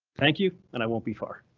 thank you and i won't be far.